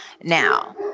Now